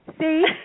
See